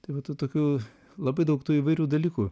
tai va tų tokių labai daug tų įvairių dalykų